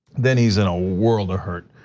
then he's in a world of hurt.